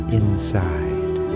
inside